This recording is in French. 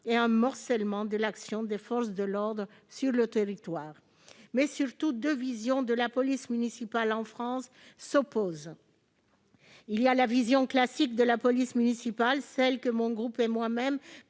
et à un morcellement de l'action des forces de l'ordre sur le territoire. Surtout, deux visions de la police municipale en France s'opposent. Il y a la vision classique, celle que mon groupe et moi-même